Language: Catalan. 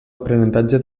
aprenentatge